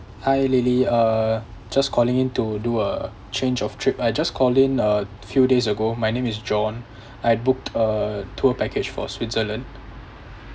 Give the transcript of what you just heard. hi lily uh just calling in to do a change of trip I just call in a few days ago my name is john I booked a tour package for switzerland